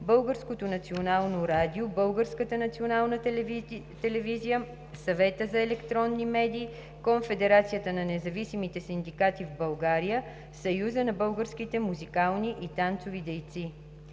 Българското национално радио, Българската национална телевизия, Съвета за електронни медии, Конфедерацията на независимите синдикати в България, Съюза на българските музикални и танцови дейци.